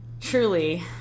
Truly